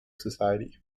society